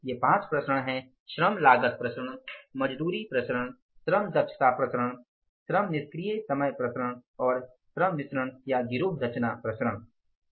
ये पांच विचरण है श्रम लागत विचरण मजदूरी विचरण श्रम दक्षता विचरण श्रम निष्क्रिय समय विचरण और श्रम मिश्रण या गिरोह रचना विचरण हैं